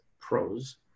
pros